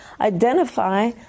identify